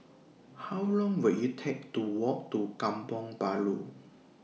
How Long Will IT Take to Walk to Kampong Bahru